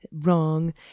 wrong